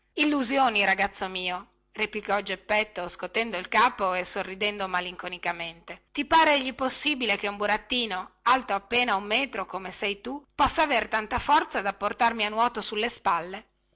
illusioni ragazzo mio replicò geppetto scotendo il capo e sorridendo malinconicamente ti par egli possibile che un burattino alto appena un metro come sei tu possa aver tanta forza da portarmi a nuoto sulle spalle